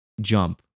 jump